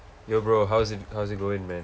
yo bro how's it how's it going man